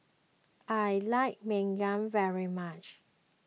I like Lemang very much